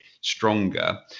stronger